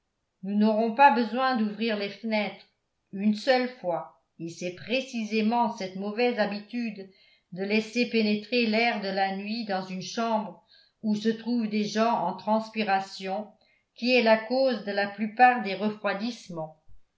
nous n'aurons pas besoin d'ouvrir les fenêtres une seule fois et c'est précisément cette mauvaise habitude de laisser pénétrer l'air de la nuit dans une chambre où se trouvent des gens en transpiration qui est la cause de la plupart des refroidissements